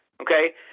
Okay